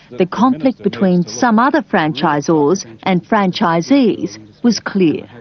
the conflict between some other franchisors and franchisees was clear.